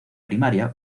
primaria